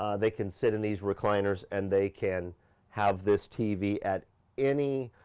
ah they can sit in these recliners and they can have this tv at any